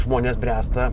žmonės bręsta